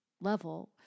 level